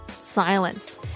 silence